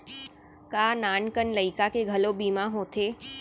का नान कन लइका के घलो बीमा होथे?